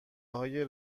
های